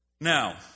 Now